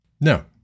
No